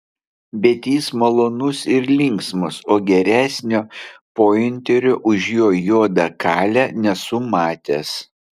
bet jis malonus ir linksmas o geresnio pointerio už jo juodą kalę nesu matęs